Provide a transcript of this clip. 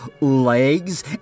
legs